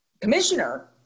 Commissioner